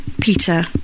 Peter